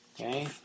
Okay